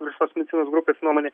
visos medicinos grupės nuomone